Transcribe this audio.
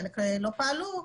חלק לא פעלו,